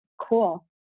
Cool